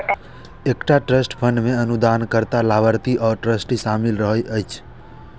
एकटा trust fund मे अनुदानकर्ता, लाभार्थी आ ट्रस्टी शामिल रहै छै